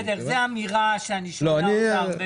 בסדר, זו אמירה שאני שומע אותה הרבה פעמים.